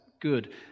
good